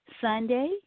Sunday